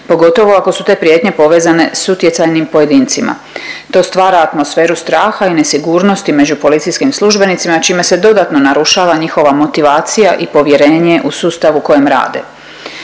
pogotovo ako su te prijetnje povezane s utjecajnim pojedincima. To stvara atmosferu straha i nesigurnosti među policijskim službenicima čime se dodatno narušava njihova motivacija i povjerenje u sustav u kojem rade.